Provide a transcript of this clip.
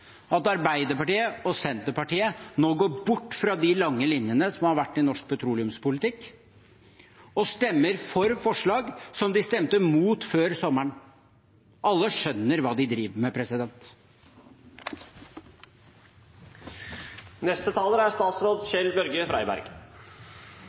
at Arbeiderpartiet og Senterpartiet nå går bort fra de lange linjene som har vært i norsk petroleumspolitikk, og stemmer for forslag som de stemte mot før sommeren. Alle skjønner hva de driver med. I denne saken er